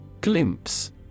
Glimpse